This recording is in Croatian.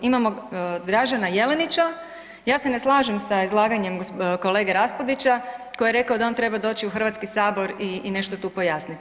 Imamo Dražena Jelenića ja se ne slažem sa izlaganjem kolege Raspudića koji je rekao da on treba doći u Hrvatski sabor i nešto tu pojasniti.